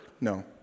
No